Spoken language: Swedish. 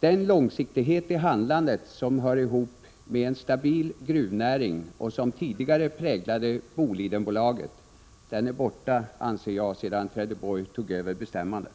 Den långsiktighet i handlandet som hör ihop med en stabil gruvnäring och som tidigare präglade Bolidenbolaget anser jag är borta sedan Trelleborg tog över bestämmandet.